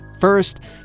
First